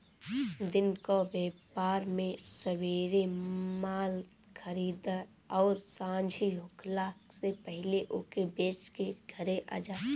दिन कअ व्यापार में सबेरे माल खरीदअ अउरी सांझी होखला से पहिले ओके बेच के घरे आजा